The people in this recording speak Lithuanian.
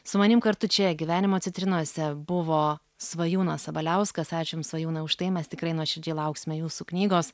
su manim kartu čia gyvenimo citrinose buvo svajūnas sabaliauskas ačiū jums svajūnai už tai mes tikrai nuoširdžiai lauksime jūsų knygos